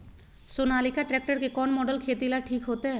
Sonalika tractor के कौन model खेती ला ठीक होतै?